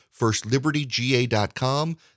Firstlibertyga.com